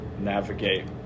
navigate